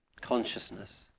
consciousness